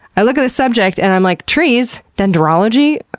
i look at the subject, and i'm like, trees! dendrology?